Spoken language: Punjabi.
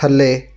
ਥੱਲੇ